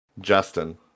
Justin